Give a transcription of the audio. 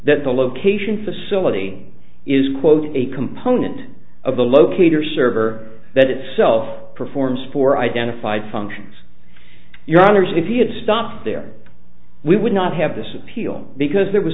that the location facility is quote a component of the locator server that itself performs for identified functions your honour's if he had stopped there we would not have this appeal because there was